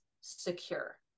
secure